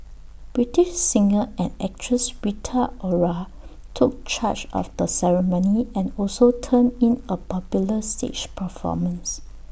British singer and actress Rita Ora took charge of the ceremony and also turned in A popular stage performance